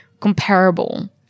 comparable